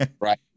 Right